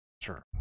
Sure